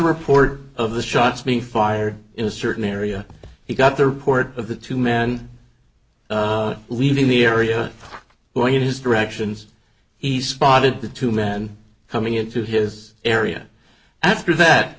report of the shots being fired in a certain area he got the report of the two men leaving the area when his directions he spotted the two men coming into his area after that